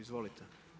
Izvolite.